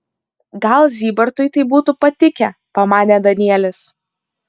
gal zybartui tai būtų patikę pamanė danielis